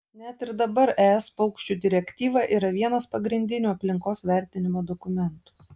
net ir dabar es paukščių direktyva yra vienas pagrindinių aplinkos vertinimo dokumentų